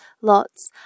lots